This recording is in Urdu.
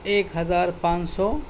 ایک ہزار پانچ سو